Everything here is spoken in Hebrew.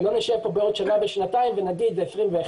שלא נשב כאן בעוד שנה ושנתיים ונגיד שזה 21,